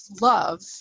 love